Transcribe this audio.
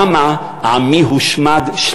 שם עמי הושמד,